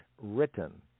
written